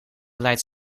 lijdt